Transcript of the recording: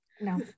No